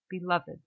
beloved